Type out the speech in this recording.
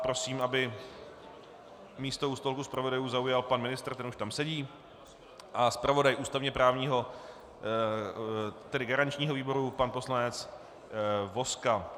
Prosím, aby místo u stolku zpravodajů zaujal pan ministr, ten už tam sedí, a zpravodaj ústavněprávního, tedy garančního výboru pan poslanec Vozka.